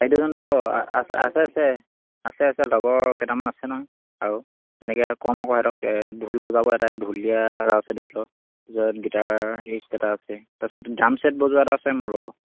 বাদ্য়যন্ত্ৰ আছে আছে আছে আছে আছে লগৰ কেইটামান আছে নহয় আৰু তেনেকৈ ক'ম আকৌ সিহঁতক ঢোল বজাব এটাই ঢুলীয়া এটা আছে ধৰি ল তাৰপাছত গিটাৰিষ্ট এটা আছে তাৰপিছত ড্ৰাম ছেট বজোৱা এটা আছে মোৰ লগৰ